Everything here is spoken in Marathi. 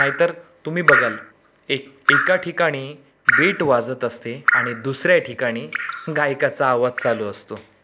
नायतर तुम्ही बघाल एक एका ठिकाणी बिट वाजत असते आणि दुसऱ्या ठिकाणी गायकाचा आवाज चालू असतो